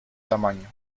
tamaño